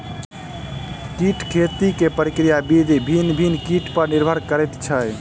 कीट खेती के प्रक्रिया विधि भिन्न भिन्न कीट पर निर्भर करैत छै